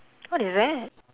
what is that